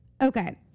Okay